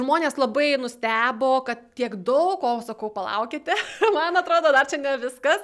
žmonės labai nustebo kad tiek daug o sakau palaukite man atrodo dar čia ne viskas